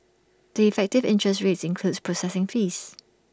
the effective interest rates includes processing fees